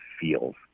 feels